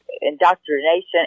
indoctrination